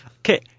Okay